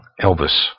Elvis